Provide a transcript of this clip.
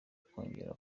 kongera